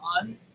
on